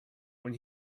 when